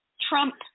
Trump